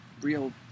real